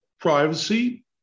privacy